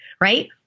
right